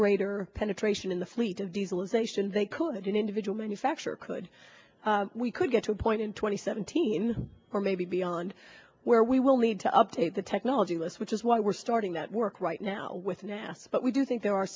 greater penetration in the fleet of diesel as they should they could in individual manufacture could we could get to a point in twenty seventeen or maybe beyond where we will need to update the technology less which is why we're starting that work right now with now but we do think there are